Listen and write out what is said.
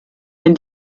wenn